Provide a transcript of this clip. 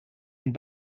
and